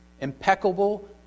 Impeccable